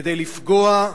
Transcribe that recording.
כדי לפגוע.